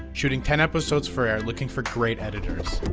shooting ten episodes for air, looking for great editors.